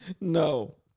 No